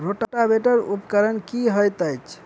Rotavator उपकरण की हएत अछि?